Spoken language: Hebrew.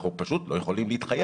אנחנו פשוט לא יכולים להתחייב.